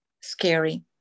scary